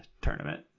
tournament